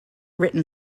written